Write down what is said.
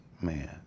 man